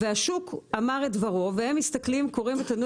השוק אמר את דברו והם קוראים את ה-ניו